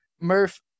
Murph